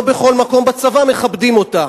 לא בכל מקום בצבא מכבדים אותה.